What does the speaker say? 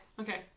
okay